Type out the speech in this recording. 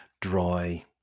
dry